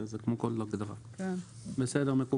בסדר, מקובל.